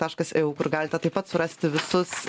taškas eu kur galite taip pat surasti visus